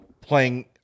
playing